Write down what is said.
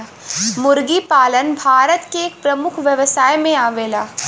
मुर्गी पालन भारत के एक प्रमुख व्यवसाय में आवेला